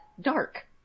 dark